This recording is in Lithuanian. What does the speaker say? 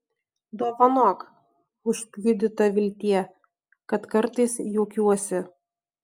dovanok užpjudyta viltie kad kartais juokiuosi